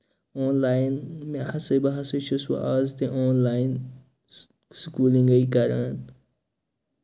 آن line مےٚ ہسا بہٕ ہسا چھُس وۄنۍ آز تہِ آن لاین سکوٗلِنگٕے کران